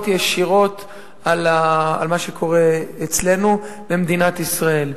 ישירות על מה שקורה אצלנו במדינת ישראל.